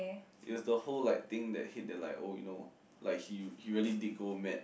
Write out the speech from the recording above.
it was the whole like thing that hit that like oh you know like he he really did go mad